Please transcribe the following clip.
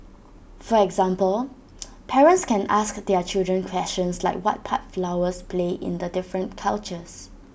for example parents can ask their children questions like what part flowers play in the different cultures